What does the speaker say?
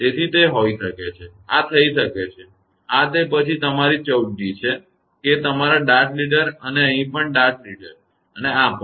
તેથી તે હોઈ શકે છે આ થઈ શકે છે આ તે પછી તમારી 14 d છે કે તમારા ડાર્ટ લીડર અને અહીં પણ ડાર્ટ લીડર અને આ પણ